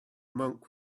monk